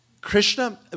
Krishna